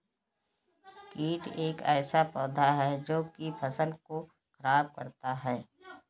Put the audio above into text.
कीट एक ऐसा पौधा है जो की फसल को खराब करता है